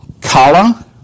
Kala